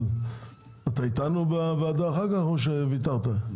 אתה אתנו בוועדה אחר כך או שוויתרת?